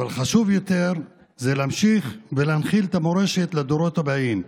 אבל חשוב יותר זה להמשיך ולהנחיל את המורשת לדורות הבאים.